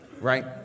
right